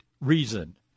reason